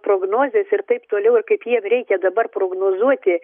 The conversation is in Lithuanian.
prognozes ir taip toliau ir kaip jiem reikia dabar prognozuoti